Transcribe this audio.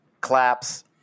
claps